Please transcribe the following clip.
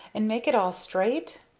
and make it all straight?